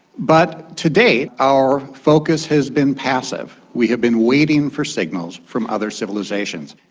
but to date our focus has been passive. we have been waiting for signals from other civilisations.